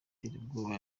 iterabwoba